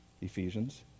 Ephesians